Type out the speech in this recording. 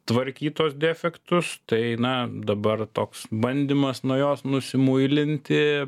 tvarkyt tuos defektus tai na dabar toks bandymas nuo jos nusimuilinti